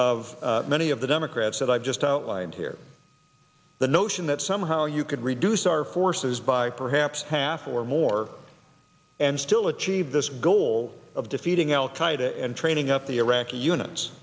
of many of the democrats that i've just outlined here the notion that somehow you could reduce our forces by perhaps half or more and still achieve this goal of defeating al qaeda and training up the iraqi units